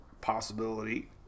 possibility